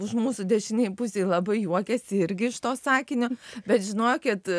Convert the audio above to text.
už mūsų dešinėj pusėj labai juokiasi irgi iš to sakinio bet žinokit